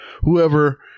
whoever